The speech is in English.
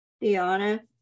Diana